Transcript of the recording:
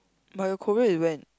but your Korea is when